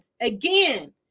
Again